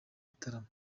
bitaramo